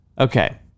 Okay